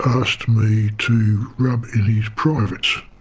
asked me to rub in his privates. i